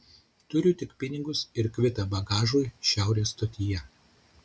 turiu tik pinigus ir kvitą bagažui šiaurės stotyje